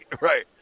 right